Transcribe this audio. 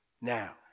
Now